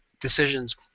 decisions